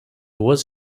was